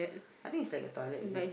I think it's like a toilet is it